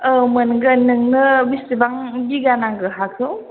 औ मोनगोन नोंनो बेसेबां बिघा नांगौ हाखौ